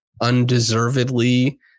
undeservedly